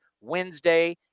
Wednesday